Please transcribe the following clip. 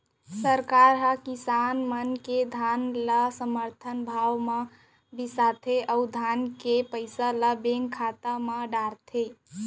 सरकार हर किसान मन के धान ल समरथन भाव म बिसाथे अउ धान के पइसा ल बेंक खाता म डार देथे